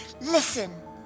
Listen